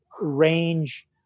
range